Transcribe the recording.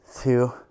two